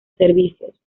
servicios